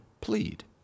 plead